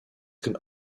can